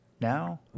now